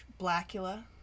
Blackula